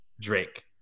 Drake